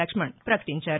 లక్ష్మణ్ పకటించారు